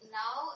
now